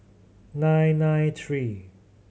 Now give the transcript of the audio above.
nine nine three